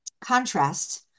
contrast